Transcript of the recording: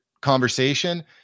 conversation